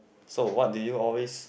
so what do you always